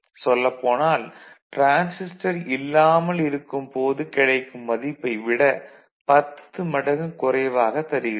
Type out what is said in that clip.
சொல்லப்போனால் டிரான்சிஸ்டர் இல்லாமல் இருக்கும் போது கிடைக்கும் மதிப்பை விட 10 மடங்கு குறைவாகத் தருகிறது